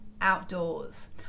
outdoors